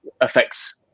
affects